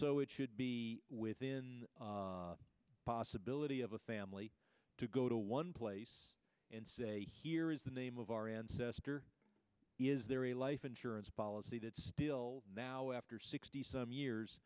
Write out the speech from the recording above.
so it should be within the possibility of a family to go to one place and say here is the name of our ancestor is there a life insurance policy that still now after sixty some years